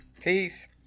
Peace